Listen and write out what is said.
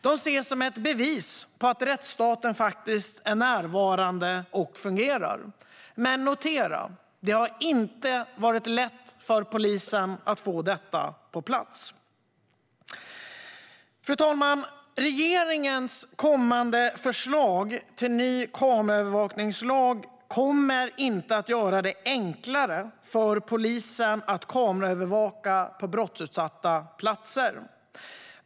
De ses som ett bevis på att rättsstaten är närvarande och fungerande. Men notera att det inte har varit lätt för polisen att få detta på plats! Fru talman! Regeringens kommande förslag till ny kameraövervakningslag kommer inte att göra det enklare för polisen att kameraövervaka på brottsutsatta platser.